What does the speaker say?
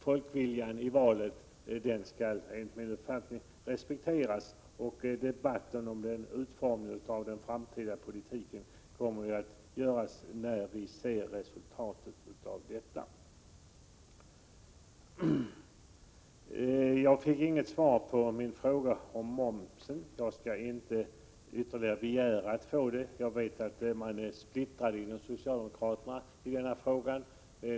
Folkviljan uttryckt i valet skall enligt min mening respekteras, och debatten om utformningen av den framtida politiken kommer att föras när vi ser resultatet av valet. Jag fick inget svar på min fråga om momsen. Jag skall inte ytterligare begära att få det. Jag vet att man bland socialdemokraterna är splittrade i den frågan.